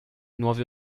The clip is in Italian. nuovi